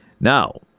Now